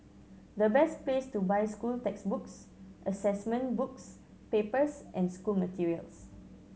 the best place to buy school textbooks assessment books papers and school materials